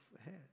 ahead